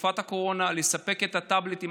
בתקופת הקורונה לספק את הטאבלטים.